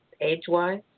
age-wise